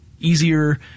easier